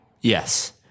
Yes